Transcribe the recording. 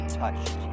touched